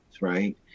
right